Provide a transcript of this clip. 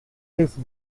sixth